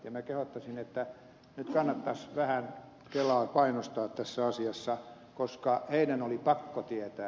minä kehottaisin että nyt kannattaisi vähän kelaa painostaa tässä asiassa koska heidän oli pakko tietää